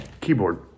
keyboard